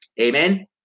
Amen